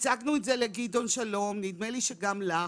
הצגנו לגדעון שלום ונדמה לי שגם לך,